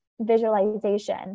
Visualization